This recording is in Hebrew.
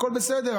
הכול בסדר,